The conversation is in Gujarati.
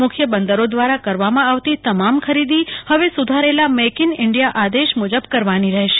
મુખ્ય બંદરોદ્વારા કરવામાં આવતી તમામ ખરીદી હવે સુધારેલા મેક ઈન ઈન્ડિયા આદેશ મુજબ કરવાની રહેશે